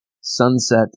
Sunset